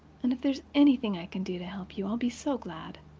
and if there's anything i can do to help you i'll be so glad.